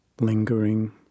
Lingering